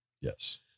Yes